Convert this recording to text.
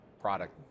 product